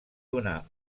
donar